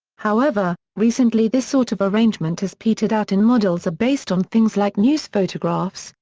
however, recently this sort of arrangement has petered out and models are based on things like news photographs,